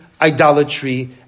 idolatry